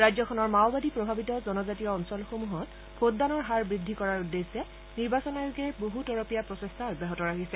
ৰাজ্যখনৰ মাওবাদী প্ৰভাৱিত জনজাতীয় অঞ্চলসমূহত ভোটদানৰ হাৰ বৃদ্ধি কৰাৰ উদ্দেশ্যে নিৰ্বাচন আয়োগে বহু তৰপীয়া প্ৰচেষ্টা অব্যাহত ৰাখিছে